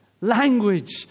language